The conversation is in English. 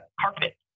carpet